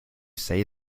say